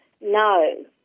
no